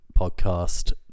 podcast